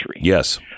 Yes